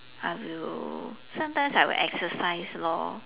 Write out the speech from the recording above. I will sometimes I will exercise lor